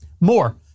More